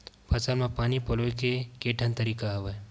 फसल म पानी पलोय के केठन तरीका हवय?